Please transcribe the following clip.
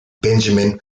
benjamin